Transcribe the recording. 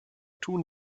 tun